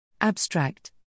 Abstract